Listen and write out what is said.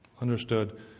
Understood